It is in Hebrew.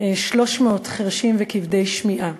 300 חירשים וכבדי שמיעה.